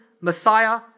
Messiah